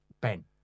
Ben